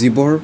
জীৱৰ